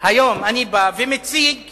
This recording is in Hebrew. היום ומציג